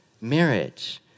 marriage